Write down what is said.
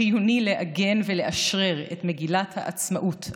חיוני לעגן ולאשרר את מגילת העצמאות,